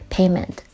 Payment